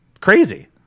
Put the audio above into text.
crazy